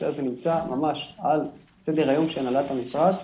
הזה נמצא על סדר היום של הנהלת המשרד,